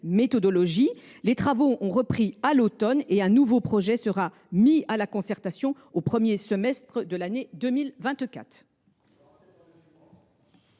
Les travaux ont repris à l’automne et un nouveau projet de décret sera soumis à concertation au premier semestre de l’année 2024.